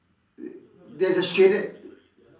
there's a shaded